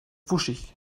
wuschig